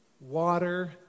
water